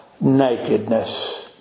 nakedness